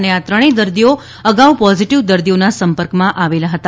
અને આ ત્રણેય દર્દીઓ અગાઉ પોઝિટિવ દર્દીઓના સંપર્કમાં આવેલા હતા